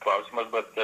klausimas bet